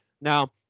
now